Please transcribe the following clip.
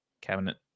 Cabinet